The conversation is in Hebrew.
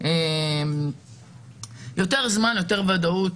יותר ודאות.